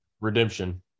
Redemption